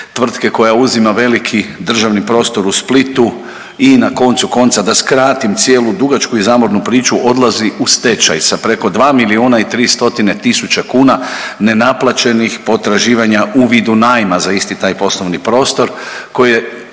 tvrtke koja uzima veliki državni prostor u Splitu i na koncu konca, da skratim cijelu dugačku i zamornu priču, odlazi u stečaj sa preko 2 milijuna i 300 tisuća kuna nenaplaćenih potraživanja u vidu najma za isti taj poslovni prostor koji